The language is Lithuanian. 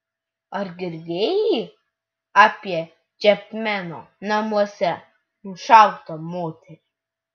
ar girdėjai apie čepmeno namuose nušautą moterį